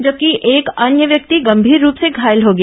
जबकि एक अन्य व्यक्ति गंभीर रूप से घायल हो गया